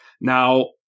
Now